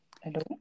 Hello